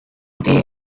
two